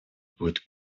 будет